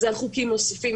זה על חוקים נוספים.